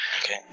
Okay